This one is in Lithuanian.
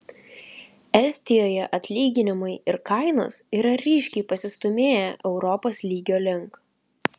estijoje atlyginimai ir kainos yra ryškiai pasistūmėję europos lygio link